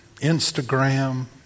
Instagram